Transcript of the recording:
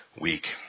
week